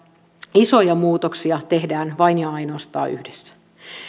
isoja muutoksia tehdään vain ja ainoastaan yhdessä